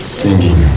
singing